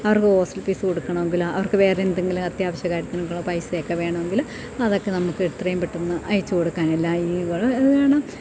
അവർക്ക് hostel fees കൊടുക്കണമെങ്കിൽ അവർക്കു വേറെ എന്തെങ്കിലും അത്യാവശ്യ കാര്യത്തിനുള്ള പൈസയൊക്കെ വേണമെങ്കിൽ അതൊക്കെ നമുക്ക് എത്രയും പെട്ടെന്ന് അയച്ചു കൊടുക്കാൻ എല്ലാ ഈ വേണം